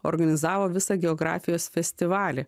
organizavo visą geografijos festivalį